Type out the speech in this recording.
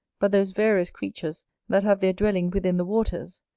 but those various creatures that have their dwelling within the waters,